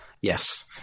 yes